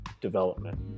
development